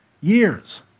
Years